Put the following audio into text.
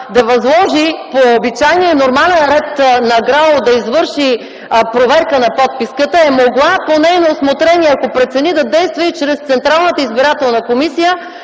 да възложи по обичайния, по нормалния ред, на ГРАО да извърши проверка на подписката, е могла по нейно усмотрение, ако прецени, да действа и чрез Централната избирателна комисия,